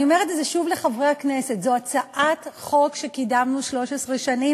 אני אומרת את זה שוב לחברי הכנסת: זו הצעת חוק שקידמנו 13 שנים,